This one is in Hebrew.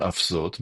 על אף זאת,